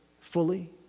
fully